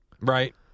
Right